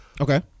okay